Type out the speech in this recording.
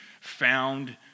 found